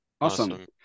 Awesome